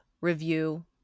review